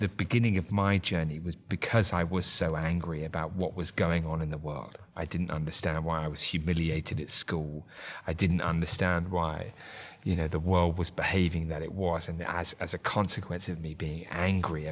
the beginning of my journey was because i was so angry about what was going on in the world i didn't understand why i was humiliated in school i didn't understand why you know the world was behaving that it was and i say as a consequence of me being angry